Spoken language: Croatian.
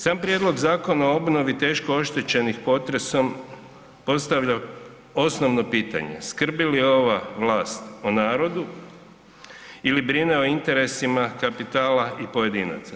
Sam prijedlog Zakona o obnovi teško oštećenih potresom postavlja osnovno pitanje, skrbi li ova vlast o narodu ili brine o interesima kapitala i pojedinaca?